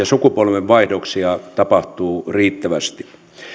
sukupolvenvaihdoksia tapahtuu riittävästi